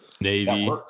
Navy